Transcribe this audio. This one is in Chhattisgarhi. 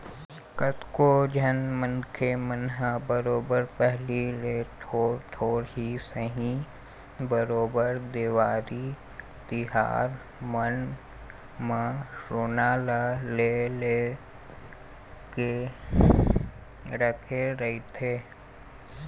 कतको झन मनखे मन ह बरोबर पहिली ले थोर थोर ही सही बरोबर देवारी तिहार मन म सोना ल ले लेके रखे रहिथे